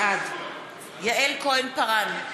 בעד יעל כהן-פארן,